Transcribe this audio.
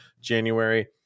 January